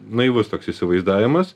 naivus toks įsivaizdavimas